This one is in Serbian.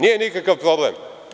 Nije nikakav problem.